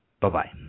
Bye-bye